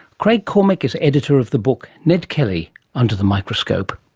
craig cormick is editor of the book ned kelly under the microscope.